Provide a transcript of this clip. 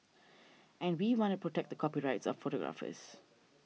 and we want to protect the copyrights of photographers